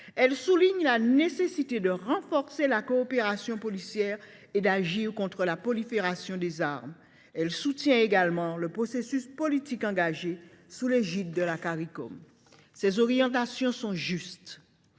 Elle souligne la nécessité de renforcer la coopération policière et d’agir contre la prolifération des armes. Elle soutient également le processus politique engagé sous l’égide de la Communauté caribéenne. Ces orientations sont justes.